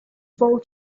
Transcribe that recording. fall